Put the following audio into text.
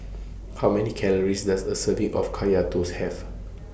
How Many Calories Does A Serving of Kaya Toast Have